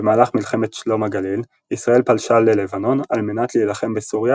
במהלך מלחמת שלום הגליל ישראל פלשה ללבנון על מנת להילחם בסוריה